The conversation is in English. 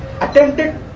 attempted